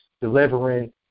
delivering